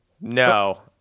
No